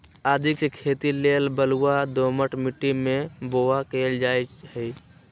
आदीके खेती लेल बलूआ दोमट माटी में बाओ कएल जाइत हई